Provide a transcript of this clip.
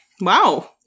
Wow